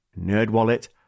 NerdWallet